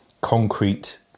concrete